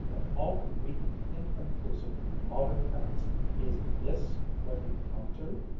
of all the weak, inconclusive, modern parents is this what we've come to?